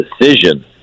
decision